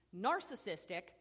narcissistic